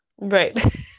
Right